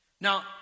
Now